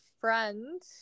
friend